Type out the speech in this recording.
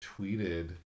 tweeted